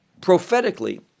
prophetically